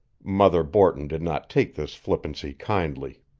mother borton did not take this flippancy kindly.